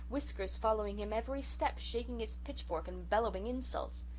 whiskers following him every step, shaking his pitchfork and bellowing insults.